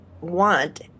want